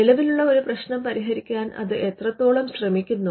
നിലവിലുള്ള ഒരു പ്രശ്നം പരിഹരിക്കാൻ അത് എത്രത്തോളം ശ്രമിക്കുന്നു